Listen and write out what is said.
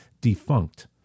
defunct